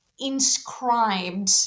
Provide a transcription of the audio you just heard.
inscribed